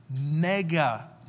mega